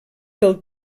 del